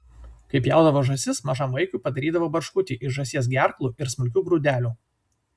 kai pjaudavo žąsis mažam vaikui padarydavo barškutį iš žąsies gerklų ir smulkių grūdelių